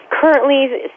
currently